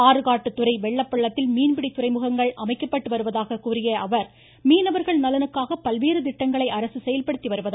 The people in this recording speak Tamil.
ஆறுகாட்டுதுறை வெள்ளப்பள்ளத்தில் மீன்பிடி துறைமுகங்கள் அமைக்கப்பட்டு வருவதாக கூறிய அவர் மீனவர்கள் நலனுக்காக பல்வேறு திட்டங்களை அரசு செயல்படுத்தி வருவதாக தெரிவித்தார்